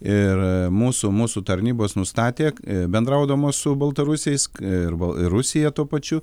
ir mūsų mūsų tarnybos nustatė bendraudamos su baltarusiais ir rusija tuo pačiu